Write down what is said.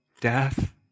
death